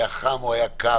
היה חם או היה קר,